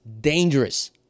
dangerous